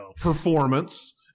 performance